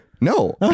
No